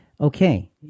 Okay